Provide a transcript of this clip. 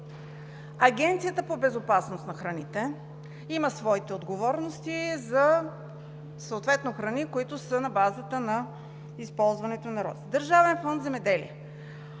Агенцията по безопасност на храните има своите отговорности за храни, които са на базата на използването на розата. Държавен фонд „Земеделие“